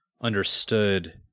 understood